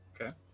Okay